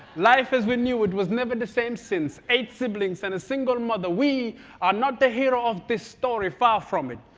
life as we knew it was never the same since. eight siblings and a single mother. we are not the hero of this story, far from it.